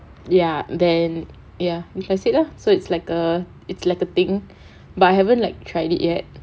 ya then ya you can said lah so it's like a it's like a thing but I haven't like tried it yet